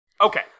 Okay